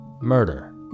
murder